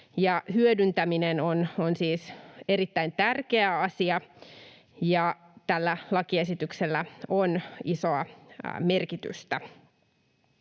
hyödyntäminen on siis erittäin tärkeä asia, ja tällä lakiesityksellä on isoa merkitystä.